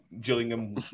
Gillingham